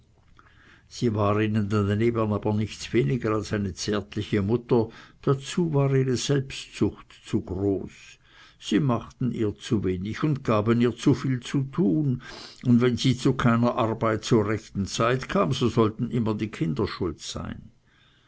sie war ihnen daneben aber nichts weniger als eine zärtliche mutter dazu war ihre selbstsucht zu groß sie machten ihr zu wenig und gaben ihr zu viel zu tun und wenn sie zu keiner arbeit zur rechten zeit kam so sollten immer die kinder schuld sein